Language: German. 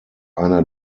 einer